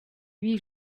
huit